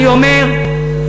אני אומר,